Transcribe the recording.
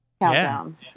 countdown